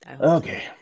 Okay